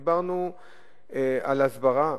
דיברנו על הסברה.